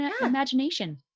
imagination